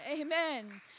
Amen